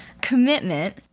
commitment